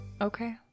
Okay